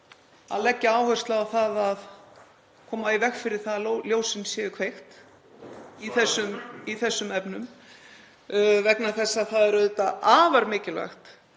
að leggja áherslu á það að koma í veg fyrir það að ljósin séu kveikt (Gripið fram í.) í þessum efnum vegna þess að það er auðvitað afar mikilvægt